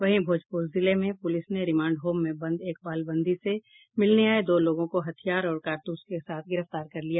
वहीं भोजपूर जिले में पुलिस ने रिमांड होम में बंद एक बाल बंदी से मिलने आये दो लोगों को हथियार और कारतूस के साथ गिरफ्तार कर लिया